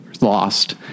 lost